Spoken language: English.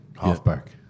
halfback